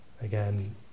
Again